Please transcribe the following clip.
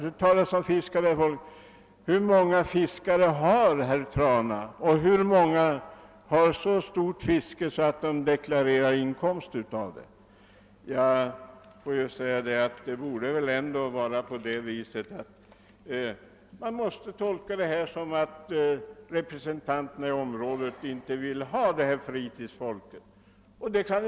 Hur många fiskare har herr Trana i sin kommun, och hur många bedriver fiske i sådan utsträckning att de deklarerar inkomster av det? Man bör väl ändå tolka detta så att representanterna för den fasta befolkningen i området inte vill tillåta fritt fiske för fritidsfolket.